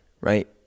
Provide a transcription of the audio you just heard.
right